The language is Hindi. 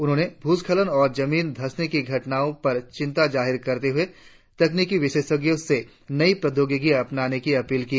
उन्होंने भूस्खलन और जमीन धसने की घटनाओं पर चिंता जाहिर करते हुए तकनिकी विशेषज्ञों से नई प्रद्योगिकी अपनाने की अपील की